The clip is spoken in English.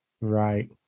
Right